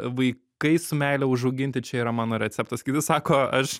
vaikai su meile užauginti čia yra mano receptas kiti sako aš